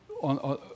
on